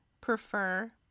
Prefer